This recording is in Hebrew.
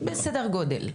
בסדר גודל.